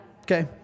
Okay